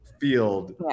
field